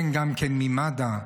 ממד"א,